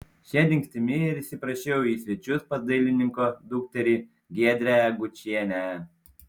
šia dingstimi ir įsiprašiau į svečius pas dailininko dukterį giedrę gučienę